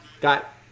got